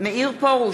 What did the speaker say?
מאיר פרוש,